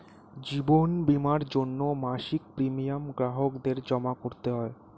জীবন বীমার জন্যে মাসিক প্রিমিয়াম গ্রাহকদের জমা করতে হয়